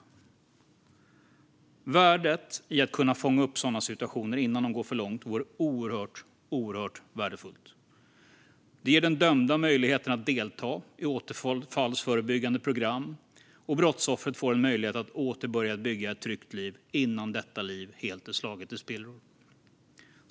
Det vore oerhört värdefullt att kunna fånga upp sådana situationer innan de går för långt. Det ger dömda möjligheten att delta i återfallsförebyggande program, och brottsoffret får en möjlighet att åter börja bygga ett tryggt liv innan detta liv helt är slaget i spillror.